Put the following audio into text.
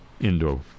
indo